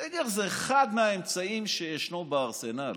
סגר זה אחד מהאמצעים שיש בארסנל.